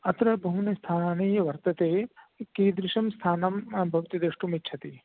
अत्र बहूनि स्थानानि वर्तन्ते कीदृशं स्थानं भवती द्रष्टुमिच्छति